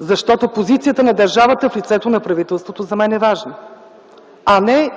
Защото позицията на държавата в лицето на правителството за мен е важна, а не